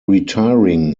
retiring